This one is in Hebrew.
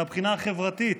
מהבחינה החברתית,